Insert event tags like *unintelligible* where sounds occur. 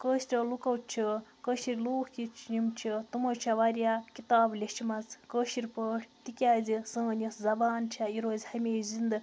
کٲشریٛو لوٗکو چھِ کٲشِرۍ لوٗکھ *unintelligible* یِم چھِ تِمو چھِ واریاہ کِتاب لیچھمَژ کٲشِر پٲٹھۍ تِکیٛازِ سٲنۍ یۄس زبان چھِ یہِ روزِ ہمیشہِ زِندٕ